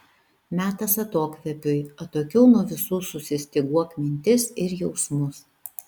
metas atokvėpiui atokiau nuo visų susistyguok mintis ir jausmus